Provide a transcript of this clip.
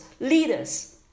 leaders